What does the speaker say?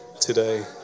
today